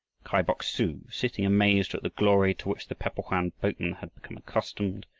kai bok-su, sitting amazed at the glory to which the pe-po-hoan boatmen had become accustomed,